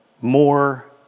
more